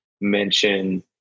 mention